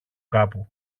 κάπου